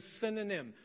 synonym